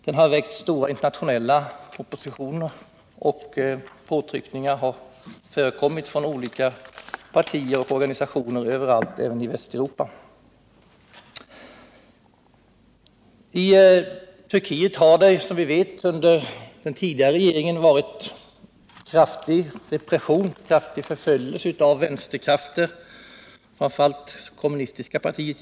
Den har väckt stora internationella protester, och påtryckningar har förekommit från olika partier och organisationer överallt, även i Västeuropa. I Turkiet har som vi vet under den tidigare regimen rått en kraftig förföljelse av vänsterkrafter, givetvis framför allt det kommunistiska partiet.